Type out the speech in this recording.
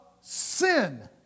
sin